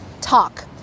talk